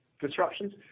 disruptions